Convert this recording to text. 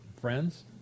friends